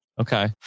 Okay